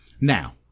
Now